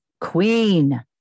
Queen